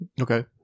Okay